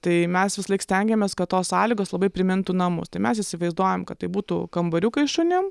tai mes visąlaik stengiamės kad tos sąlygos labai primintų namus tai mes įsivaizduojam kad tai būtų kambariukai šunim